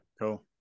cool